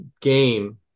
game